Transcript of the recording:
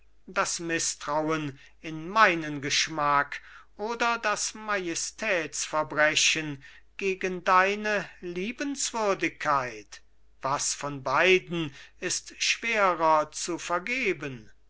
das mißtrauen in meinen geschmack oder das majestätsverbrechen gegen deine liebenswürdigkeit was von beiden ist schwerer zu vergeben